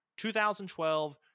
2012